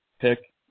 pick